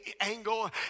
angle